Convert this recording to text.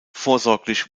vorsorglich